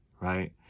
right